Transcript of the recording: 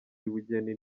y’ubugeni